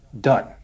done